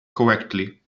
correctly